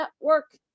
Network